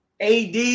AD